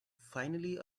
finally